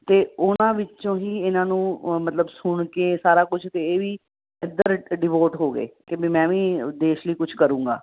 ਅਤੇ ਉਹਨਾਂ ਵਿੱਚੋਂ ਹੀ ਇਹਨਾਂ ਨੂੰ ਅ ਮਤਲਬ ਸੁਣ ਕੇ ਸਾਰਾ ਕੁਛ ਅਤੇ ਇਹ ਵੀ ਇੱਧਰ ਡਿਵੋਟ ਹੋ ਗਏ ਕਿ ਵੀ ਮੈਂ ਵੀ ਦੇਸ਼ ਲਈ ਕੁਛ ਕਰੂੰਗਾ